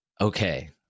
Okay